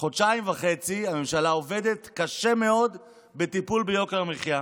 חודשיים וחצי הממשלה עובדת קשה מאוד בטיפול ביוקר המחיה.